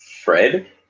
Fred